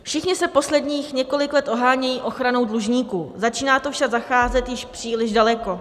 Všichni se posledních několik let ohánějí ochranou dlužníků, začíná to však zacházet již příliš daleko.